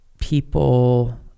people